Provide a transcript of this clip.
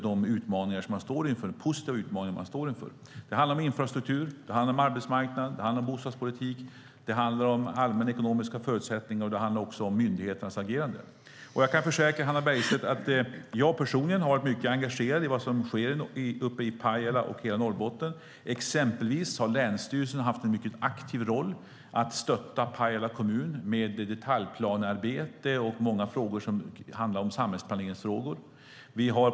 Det handlar om infrastruktur, arbetsmarknad, bostäder, allmänekonomiska förutsättningar och myndigheternas agerande. Jag kan försäkra Hannah Bergstedt om att jag personligen är mycket engagerad i vad som sker i Pajala och övriga Norrbotten. Exempelvis har länsstyrelsen haft en mycket aktiv roll i att stötta Pajala kommun i detaljplanearbete och samhällsplanering.